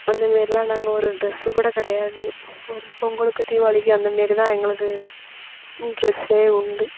அந்த மாரில்லாம் நாங்கள் ஒரு ட்ரெஸ் கூட கிடையாது ஒரு பொங்கலுக்கு தீபாளிக்கு அந்த மாரிதான் எங்களுக்கு ட்ரெஸ்ஸே உண்டு